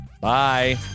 Bye